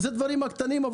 אלה הדברים הקטנים,